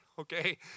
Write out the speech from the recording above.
okay